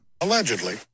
Allegedly